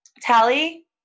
Tally